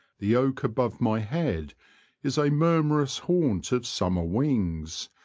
the oak above my head is a murmurous haunt of summer wings,